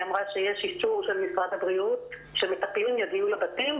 היא אמרה שיש אישור של משרד הבריאות שמטפלים יגיעו לבתים,